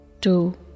two